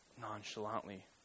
nonchalantly